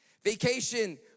vacation